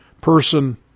person